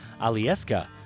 Alieska